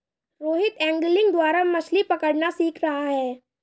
Rohit angling द्वारा मछ्ली पकड़ना सीख रहा है